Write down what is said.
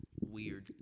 weird